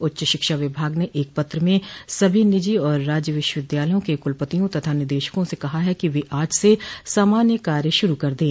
उच्च शिक्षा विभाग ने एक पत्र में सभी निजी और राज्य विश्वविद्यालयों के कुलपतियों तथा निदेशकों से कहा है कि वह आज से सामान्य कार्य शुरू कर दें